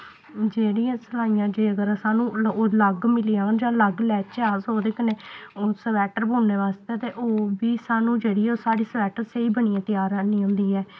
जेह्ड़ियां सलाइयां जेकर सानूं ओह् अलग मिली जान जां अलग लैच्चे अस ओह्दे कन्नै हून स्वैट्टर बुनने बास्तै ते ओह् बी सानूं जेह्ड़ी ऐ ओह् साढ़ी स्वैट्टर स्हेई बनियै त्यार निं होंदी ऐ